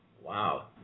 Wow